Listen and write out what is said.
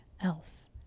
else